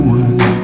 one